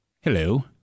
Hello